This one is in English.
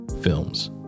films